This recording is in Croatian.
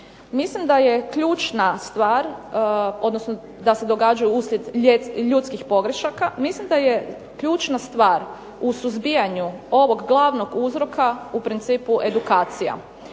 mislim da je ključna stvar u suzbijanju ovog glavnog uzroka u principu edukacija.